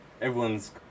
Everyone's